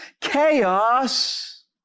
Chaos